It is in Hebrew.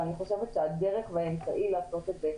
אבל אני חושבת שהדרך והאמצעי לעשות את זה,